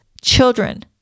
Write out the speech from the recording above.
children